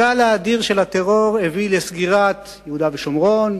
הגל האדיר של הטרור הביא לסגירת יהודה ושומרון,